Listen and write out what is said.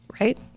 right